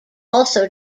also